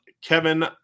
Kevin